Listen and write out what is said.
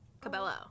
Cabello